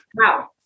Wow